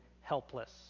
helpless